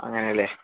അങ്ങനെ അല്ലേ